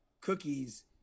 cookies